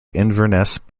inverness